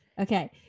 Okay